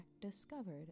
discovered